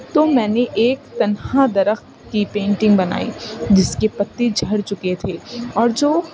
تو میں نے ایک تنہا درخت کی پینٹنگ بنائی جس کے پتی جھڑ چکے تھے اور جو